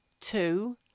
two